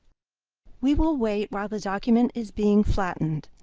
we will wait while the document is being flattened.